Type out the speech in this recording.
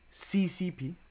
CCP